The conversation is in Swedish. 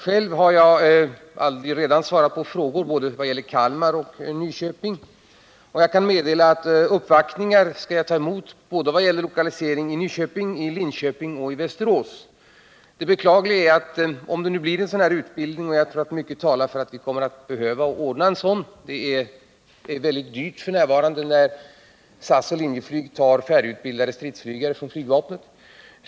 Själv har jag redan svarat på frågor både i vad gäller Kalmar och Nyköping och kan meddela att jag kommer att ta emot uppvaktningar beträffande lokalisering i såväl Nyköping och Linköping som Västerås. Mycket talar för att vi behöver ordna en sådan här utbildning. Det är f. n. mycket dyrt, eftersom SAS och Linjeflyg tar färdigutbildade stridsflygare från flygvapnet.